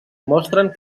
mostren